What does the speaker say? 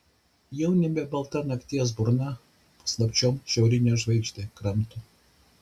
jau nebe balta nakties burna paslapčiom šiaurinę žvaigždę kramto